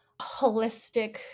holistic